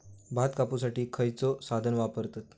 भात कापुसाठी खैयचो साधन वापरतत?